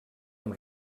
amb